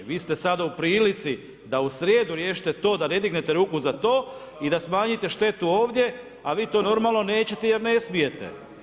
Vi ste sad u prilici da u srijedu rješite to da ne dignete ruku za to i da smanjite štetu ovdje, a vi to normalno nećete, jer ne smijete.